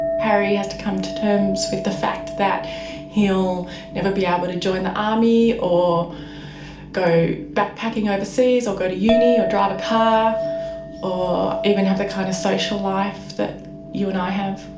harry has to come to terms with the fact that he'll never be able to join the army or go backpacking overseas or go to uni or drive a car or even have the kind of social life that you and i have.